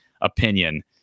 opinion